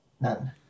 none